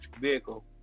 vehicle